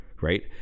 Right